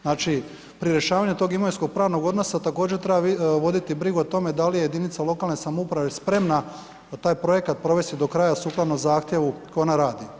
Znači, pri rješavanju tog imovinsko pravnog odnosa također treba voditi brigu o tome da li je jedinica lokalne samouprave spremna taj projekat provesti do kraja sukladno zahtjevu koji ona radi.